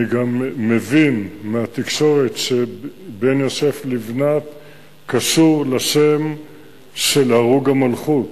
אני גם מבין מהתקשורת שבן יוסף לבנת קשור לשם של הרוג המלכות